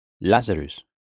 Lazarus